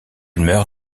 meurt